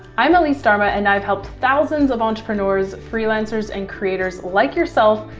i'm elise darma, and i've helped thousands of entrepreneurs, freelancers, and creators like yourself,